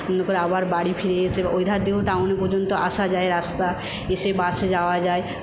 মনে করো আবার বাড়ি ফিরে এসে ওইধার দিয়েও টাউন পর্যন্ত আসা যায় রাস্তা এসে বাসে যাওয়া যায়